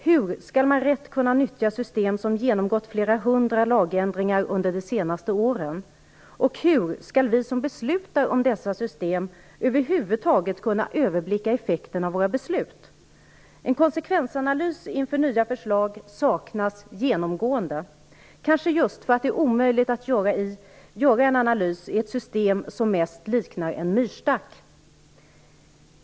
Hur skall man rätt kunna nyttja system som genomgått flera hundra lagändringar under de senaste åren? Hur skall vi som beslutar om dessa system över huvud taget kunna överblicka effekten av våra beslut? En konsekvensanalys inför nya förslag saknas genomgående, kanske just för att det är omöjligt att göra en analys i ett system som mest liknar en myrstack.